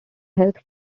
health